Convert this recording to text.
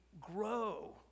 grow